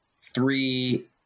three